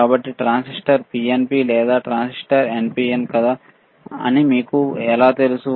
కాబట్టి transistor NPN కాదా లేదా ట్రాన్సిస్టర్ పిఎన్పి కాదా అని మనకు ఎలా తెలుసు